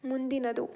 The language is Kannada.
ಮುಂದಿನದು